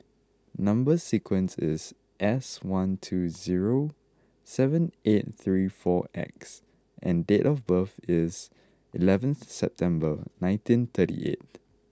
number sequence is S one two zero seven eight three four X and date of birth is eleven September nineteen thirty eight